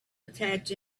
attach